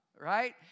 right